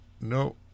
no